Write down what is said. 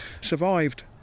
Survived